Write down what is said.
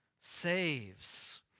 saves